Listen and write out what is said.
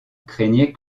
craignait